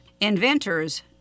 inventors